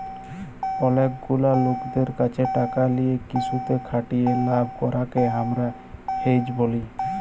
অলেক গুলা লকদের ক্যাছে টাকা লিয়ে কিসুতে খাটিয়ে লাভ করাককে হামরা হেজ ব্যলি